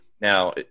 Now